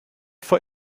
for